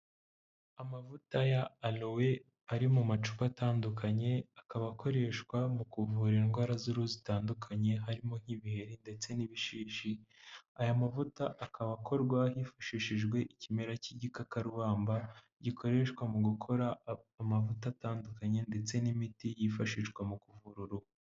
Amavuta ya alowe ari mu macupa atandukanye akaba akoreshwa mu kuvura indwara z'uruhu zitandukanye. harimo nk'ibiheri ndetse n'ibishishi. Aya mavuta akaba akorwa hifashishijwe ikimera cy'igikakarubamba gikoreshwa mu gukora amavuta atandukanye ndetse n'imiti yifashishwa mu kuvura uruhu.